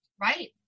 Right